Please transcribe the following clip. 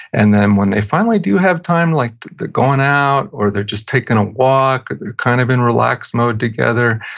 and then when they finally do have time, like they're going out, or they're just taking a walk, or they're kind of in relax mode together,